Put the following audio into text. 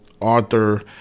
Arthur